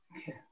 okay